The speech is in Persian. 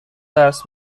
درس